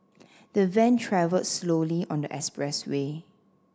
the van travelled slowly on the expressway